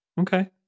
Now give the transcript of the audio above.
Okay